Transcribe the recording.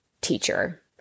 teacher